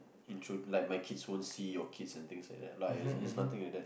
intro like my kids won't see your kids and things like that lah it's it's nothing like that